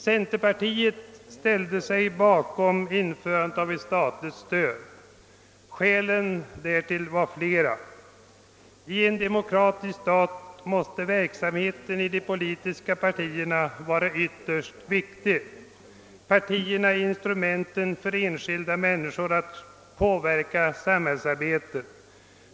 Centerpartiet ställde sig bakom införandet av ett statligt stöd. Skälen därtill var flera. I en demokratisk stat måste verksamheten i de politiska partierna betraktas som ytterst viktig. Partierna är de instrument, med vilka enskilda människor kan påverka samhällsarbetet.